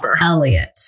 Elliot